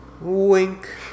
Wink